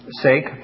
sake